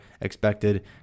expected